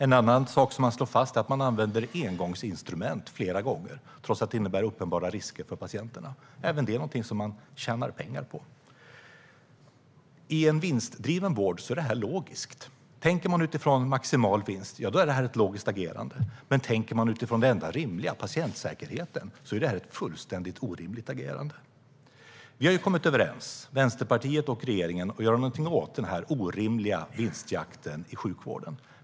En annan sak som slås fast är att man använder engångsinstrument flera gånger, trots att det innebär uppenbara risker för patienterna. Även detta är någonting som man tjänar pengar på. I en vinstdriven vård är detta logiskt. Tänker man utifrån maximal vinst är det här ett logiskt agerande. Men tänker man utifrån det enda rimliga, det vill säga patientsäkerheten, är det ett fullständigt orimligt agerande. Vänsterpartiet och regeringen har ju kommit överens om att göra någonting åt den orimliga vinstjakten i sjukvården.